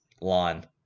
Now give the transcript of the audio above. lawn